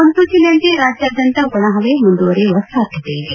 ಮುನ್ಸೂಚನೆಯಂತೆ ರಾಜ್ಯಾದ್ಯಂತ ಒಣ ಹವೆ ಮುಂದುವರೆಯುವ ಸಾಧ್ಯತೆ ಇದೆ